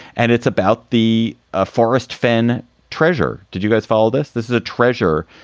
and it's about the ah forest phen treasure. did you guys follow this? this is a treasure.